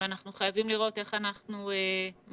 ואנחנו חייבים לראות איך אנחנו מתחילים